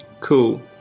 Cool